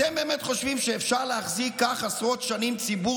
אתם באמת חושבים שאפשר להחזיק כך עשרות שנים ציבור